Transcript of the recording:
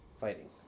fighting